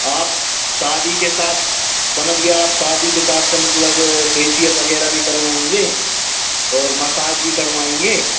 आप शादी के हिसाब समझ गया आप शादी के हिसाब से मतलब फेसियर वगैरह भी करवाएँगे और मसाज भी करवाएँगे